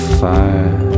fire